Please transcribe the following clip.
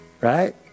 right